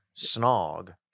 Snog